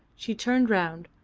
she turned round,